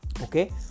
Okay